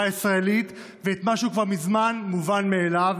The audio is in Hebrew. הישראלית ואת מה שהוא כבר מזמן מובן מאליו,